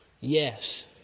Yes